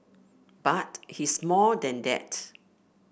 but he's more than that